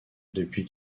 depuis